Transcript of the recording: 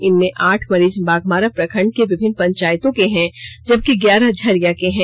इनमें आठ मरीज बाघमारा प्रखंड के विभिन्न पंचायतों के हैं जबकि ग्यारह झरिया के हैं